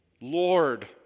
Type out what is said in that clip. Lord